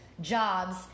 jobs